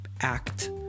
act